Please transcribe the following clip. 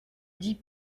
dis